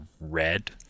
red